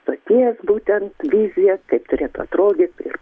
stoties būtent vizija kaip turėtų atrodyt ir